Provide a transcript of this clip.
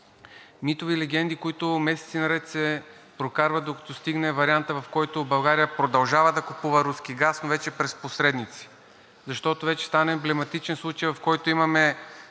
Митове и легенди, които месеци наред се прокарват, докато се стигне вариантът, в който България продължава да купува руски газ, но вече през посредници. Защото вече стана емблематичен случаят, в който имаме